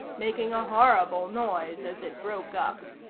making a horrible noise, as it broke up.